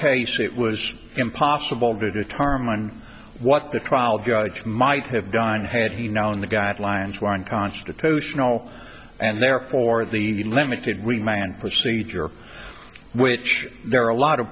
case it was impossible vidya tarmon what the trial judge might have done had he known the guidelines were in constitutional and therefore the limited remind procedure which there are a lot of